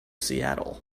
seattle